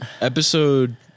episode